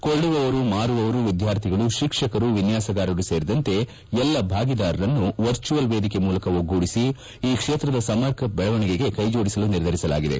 ಕೊಳ್ಳುವವರು ಮಾರುವವರು ವಿದ್ದಾರ್ಥಿಗಳು ಶಿಕ್ಷಕರು ವಿನ್ಯಾಸಗಾರರು ಸೇರಿದಂತೆ ಎಲ್ಲ ಭಾಗಿದಾರರನ್ನು ವರ್ಚುವಲ್ ವೇದಿಕೆ ಮೂಲಕ ಒಗ್ಗೂಡಿಸಿ ಈ ಕ್ಷೇತ್ರದ ಸಮಗ್ರ ಬೆಳವಣಿಗೆಗೆ ಕೈಜೋಡಿಸಲು ನಿರ್ಧರಿಸಲಾಗಿದೆ